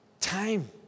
Time